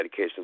medications